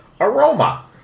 Aroma